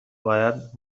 باید